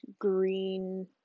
green